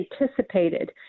anticipated